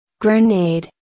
Grenade